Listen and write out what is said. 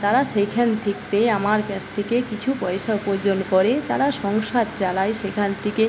তারা সেইখান থাকতে আমার কাছ থেকে কিছু পয়সা উপার্জন করে তারা সংসার চালায় সেখান থেকে